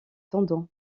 tendon